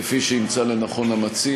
כפי שימצא לנכון המציע.